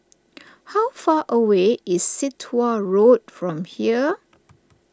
how far away is Sit Wah Road from here